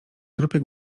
trupie